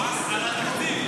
על התקציב.